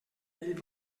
ell